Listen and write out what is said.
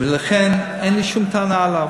לכן, אין לי שום טענה אליו.